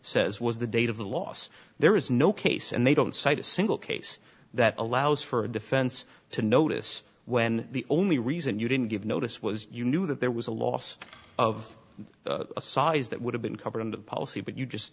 says was the date of the loss there is no case and they don't cite a single case that allows for a defense to notice when the only reason you didn't give notice was you knew that there was a loss of a size that would have been covered under the policy but you just